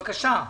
בבקשה.